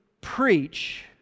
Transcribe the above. preach